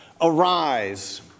Arise